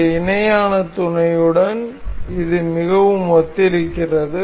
இந்த இணையான துணையுடன் இது மிகவும் ஒத்திருக்கிறது